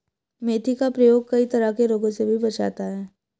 मेथी का प्रयोग कई तरह के रोगों से भी बचाता है